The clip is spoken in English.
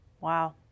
Wow